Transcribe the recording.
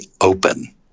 open